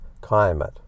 climate